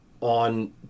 on